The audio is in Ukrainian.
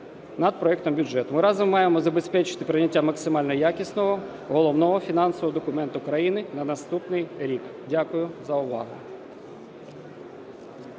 Ми разом маємо забезпечити прийняття максимально якісного головного фінансового документу країни на наступний рік. Дякую за увагу.